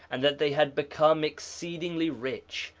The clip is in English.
and that they had become exceedingly rich,